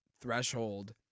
threshold